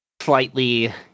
slightly